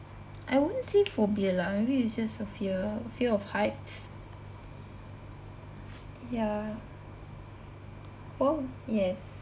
I won't say phobia lah maybe it's just a fear a fear of heights ya !wow! yes